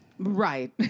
Right